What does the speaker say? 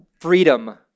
freedom